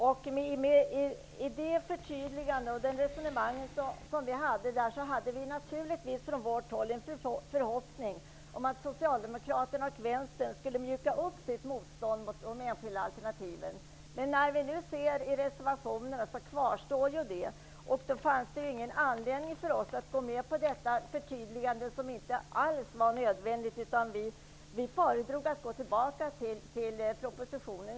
I vårt resonemang där hade vi naturligtvis en förhoppning om att Socialdemokraterna och vänstern skulle mjuka upp sitt motstånd mot de enskilda alternativen. Men vi ser ju i reservationerna att det motståndet kvarstår. Det fanns därför ingen anledning för oss att gå med på att göra ett förtydligande, som inte alls var nödvändigt. Vi föredrog att gå tillbaka till förslaget till lagtext i propositionen.